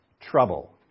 trouble